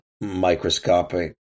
microscopic